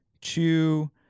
chew